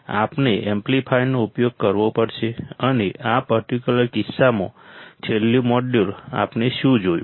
આપણે એમ્પ્લીફાયરનો ઉપયોગ કરવો પડશે અને આ પર્ટિક્યુલર કિસ્સામાં છેલ્લું મોડ્યુલ આપણે શું જોયું